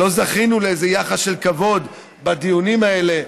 לא זכינו לאיזה יחס של כבוד בדיונים האלה,